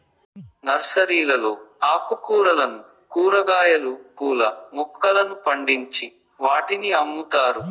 నర్సరీలలో ఆకుకూరలను, కూరగాయలు, పూల మొక్కలను పండించి వాటిని అమ్ముతారు